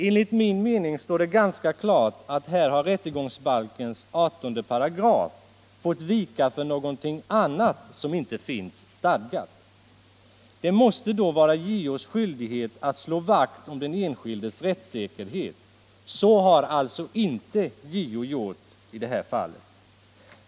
Enligt min mening står det ganska klart att här har rättegångsbalkens 188 fått vika för någonting annat som inte finns stadgat. Det måste då vara JO:s skyldighet att slå vakt om den enskildes rättssäkerhet. Så har alltså inte JO gjort i det här fallet.